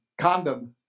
condom